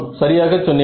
சரியாக சொன்னீர்கள்